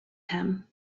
him